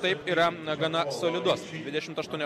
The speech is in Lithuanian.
taip yra gana solidus dvidešimt aštuoni